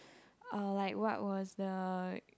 uh like what was the